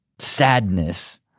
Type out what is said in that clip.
Sadness